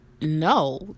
no